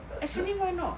actually why not